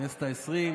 בכנסת העשרים.